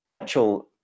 actual